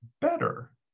better